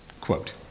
quote